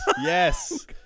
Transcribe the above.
yes